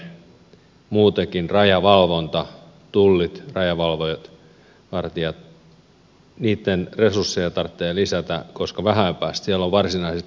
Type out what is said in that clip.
rajaliikenteen muutenkin rajavalvonnan tullien rajavartijoiden resursseja tarvitsee lisätä koska vähän ajan päästä siellä on varsinaiset imatranajot käynnissä